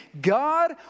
God